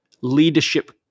leadership